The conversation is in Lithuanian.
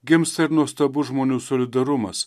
gimsta ir nuostabus žmonių solidarumas